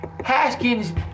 Haskins